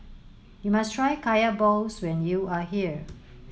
you must try Kaya Balls when you are here